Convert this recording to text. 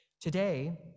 Today